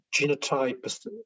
genotype